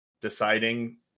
deciding